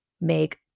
make